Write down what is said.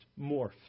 morphed